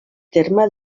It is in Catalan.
terme